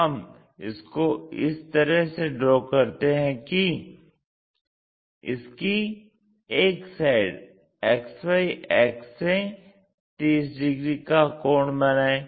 हम इसको इस तरह से ड्रा करते हैं कि इसकी एक साइड XY अक्ष से 30 डिग्री का कोण बनाये